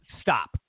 Stop